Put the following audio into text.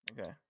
Okay